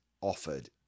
offered